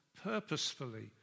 purposefully